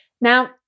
Now